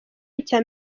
icya